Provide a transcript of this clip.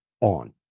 on